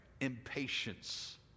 Impatience